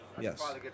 Yes